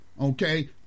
okay